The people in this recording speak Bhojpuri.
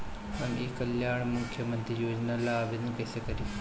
हम ई कल्याण मुख्य्मंत्री योजना ला आवेदन कईसे करी?